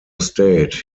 state